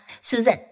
Susan